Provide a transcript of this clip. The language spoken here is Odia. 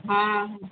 ହଁ